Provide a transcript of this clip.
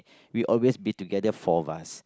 we always be together four of us